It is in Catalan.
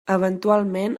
eventualment